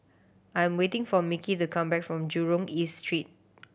I'm waiting for Micky to come back from Jurong East Street